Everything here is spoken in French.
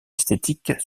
esthétique